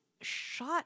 shot